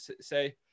say